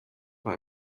war